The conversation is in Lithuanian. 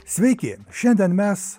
sveiki šiandien mes